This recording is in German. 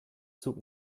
zug